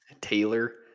Taylor